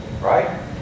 Right